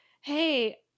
hey